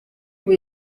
ubu